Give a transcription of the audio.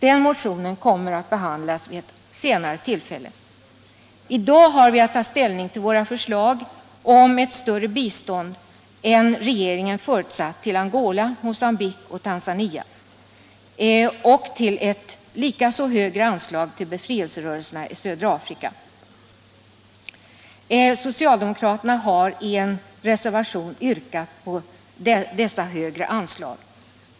Den motionen kommer att behandlas vid ett senare tillfälle. I dag har vi att ta ställning till våra förslag om ett större bistånd än regeringen förutsatt till Angola, Mogambique och Tanzania och likaså ett högre anslag till befrielserörelserna i södra Afrika. Socialdemokraterna har i en reservation yrkat på dessa högre anslag.